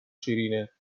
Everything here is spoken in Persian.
شیرینه